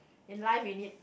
in life we need